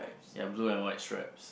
ya blue and white stripes